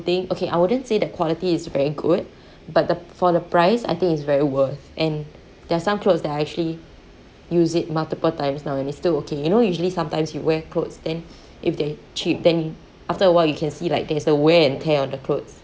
clothing okay I wouldn't say the quality is very good but the for the price I think it's very worth and there are some clothes that I actually use it multiple times now and it's still okay you know usually sometimes you wear clothes then if they're cheap then after awhile you can see like there's a wear and tear on the clothes